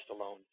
alone